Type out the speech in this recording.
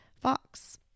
Fox